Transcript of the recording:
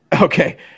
Okay